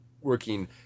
working